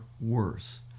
worse